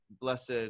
blessed